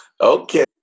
Okay